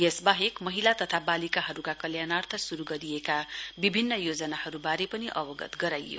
यसबाहेक महिला तथा बालिकाहरूका कल्याणार्थ शुरू गरिएका विभिन्न योजनाहरूबारे पनि अवगत गराइयो